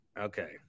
Okay